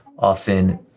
often